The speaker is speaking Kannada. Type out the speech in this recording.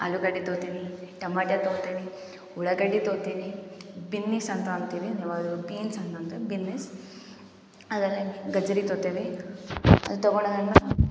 ಆಲೂಗಡ್ಡೆ ತೋತಿನಿ ಟಮಾಟೋ ತೋತಿನಿ ಉಳ್ಳಾಗಡ್ಡೆ ತೋತಿನಿ ಬಿನ್ನಿಸ್ ಅಂತ ಅನ್ತೀವಿ ಯಾವಲು ಬೀನ್ಸ್ ಅನ್ನು ಅಂತಾರೆ ಬಿನ್ನಿಸ್ ಅದೆಲ್ಲ ಗಜರಿ ತರ್ತೇವೆ ಅದು ತಗೋಡಾಗಿಂದ